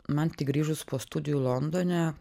man tik grįžus po studijų londone